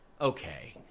okay